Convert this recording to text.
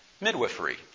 midwifery